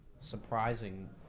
surprising